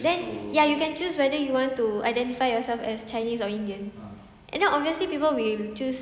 then ya you can choose whether you want to identify yourself as chinese or indian and not obviously people will choose